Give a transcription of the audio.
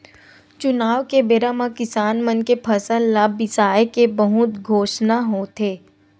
चुनाव के बेरा म किसान मन के फसल ल बिसाए के बहुते घोसना होथे